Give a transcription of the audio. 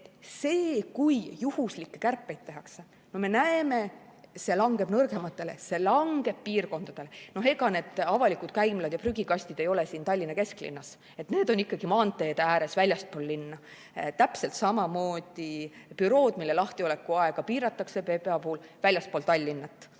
See, kui juhuslikke kärpeid tehakse, nagu me näeme, langeb nõrgematele, see langeb piirkondadele. Ega need avalikud käimlad ja prügikastid ei ole siin Tallinna kesklinnas, need on ikkagi maanteede ääres väljaspool linna. Täpselt samamoodi bürood, mille lahtiolekuaega piiratakse PPA puhul, on väljaspool Tallinna.